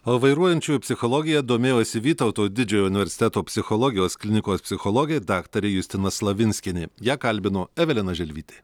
o vairuojančiųjų psichologija domėjosi vytauto didžiojo universiteto psichologijos klinikos psichologė daktarė justina slavinskienė ją kalbino evelina želvytė